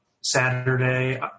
Saturday